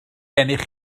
gennych